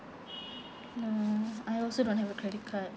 no I also don't have a credit card